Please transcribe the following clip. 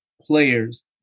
players